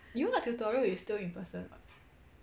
you know tutorial is still in person [what]